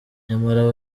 nyamara